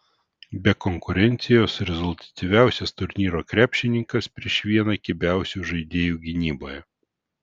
be konkurencijos rezultatyviausias turnyro krepšininkas prieš vieną kibiausių žaidėjų gynyboje